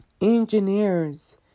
engineers